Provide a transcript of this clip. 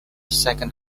second